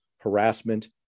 harassment